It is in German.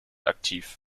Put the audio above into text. aktiv